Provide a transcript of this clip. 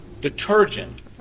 detergent